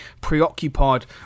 preoccupied